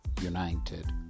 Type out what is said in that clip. United